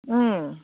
उम